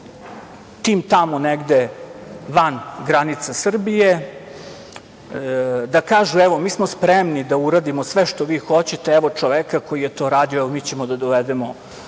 tim tamo negde van granica Srbije i da kažu – evo, mi smo spremni da uradimo sve što vi hoćete, evo čoveka koji je to radio, evo mi ćemo da dovedemo